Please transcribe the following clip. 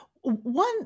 One